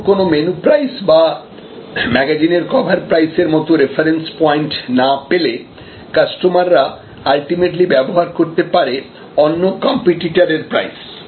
এরকম কোন menu price বা ম্যাগাজিনের কভার প্রাইস এর মত রেফারেন্স পয়েন্ট না পেলে কাস্টমাররা আলটিমেটলি ব্যবহার করতে পারে অন্য কম্পিটিটারের প্রাইস